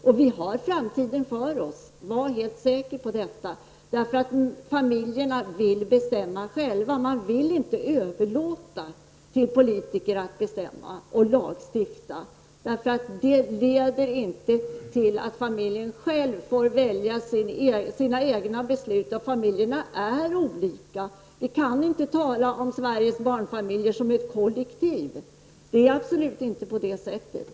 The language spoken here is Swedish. Och vi har framtiden för oss, var helt säker på det! Familjerna vill bestämma själva, de vill inte överlåta till politiker att bestämma och lagstifta. Det leder inte till att familjen får välja vilka beslut den skall fatta. Familjerna är olika. Vi kan inte tala om Sveriges barnfamiljer som ett kollektiv. Det är absolut inte på det sättet.